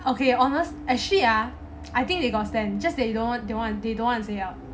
okay honest actually ah I think they got stand just that you don't don't want to they don't want to say out